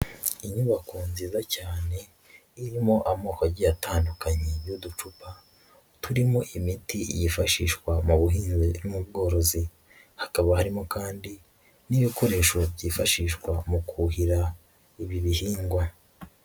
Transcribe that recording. Inyubako nziza cyane irimo amoko agiye atandukanye y'uducupa turimo imiti yifashishwa mu buhinzi n'ubworozi, hakaba harimo kandi n'ibikoresho byifashishwa mu kuhira ibi bihingwa.